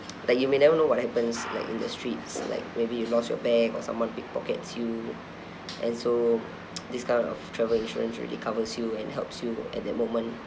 like you may never know what happens like in the streets like maybe you lost your bag or someone pickpockets you and so this kind of travel insurance really covers you and helps you at that moment